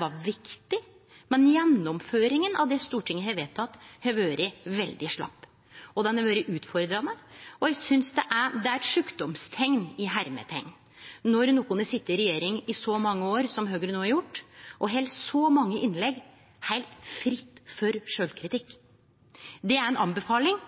var viktig, men gjennomføringa av det Stortinget har vedteke, har vore veldig slapp og utfordrande. Eg synest det er eit «sjukdomsteikn» når nokon som har sete i regjering i så mange år som Høgre no har gjort, held så mange innlegg heilt frie for sjølvkritikk. Det er ei anbefaling,